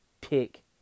pick